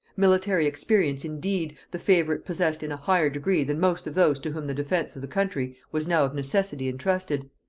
military experience, indeed, the favorite possessed in a higher degree than most of those to whom the defence of the country was now of necessity intrusted,